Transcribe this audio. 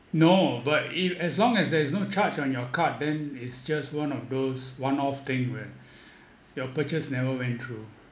no but if as long as there is no charge on your card then it's just one of those one-off thing when your purchase never went through